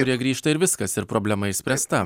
ir jie grįžta ir viskas ir problema išspręsta